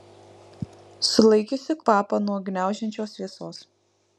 sulaikiusi kvapą nuo gniaužiančios vėsos